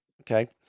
Okay